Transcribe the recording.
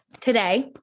today